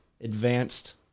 advanced